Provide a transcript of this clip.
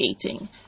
creating